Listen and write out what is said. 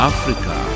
Africa